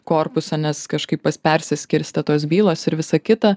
korpusą nes kažkaip persiskirstė tos bylos ir visa kita